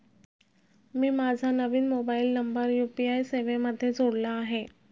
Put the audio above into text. मी माझा नवीन mobile number UPI सेवेमध्ये जोडला आहे